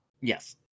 yes